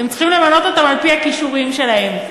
אתם צריכים למנות אותם על-פי הכישורים שלהם,